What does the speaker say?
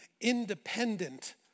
independent